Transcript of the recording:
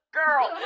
girl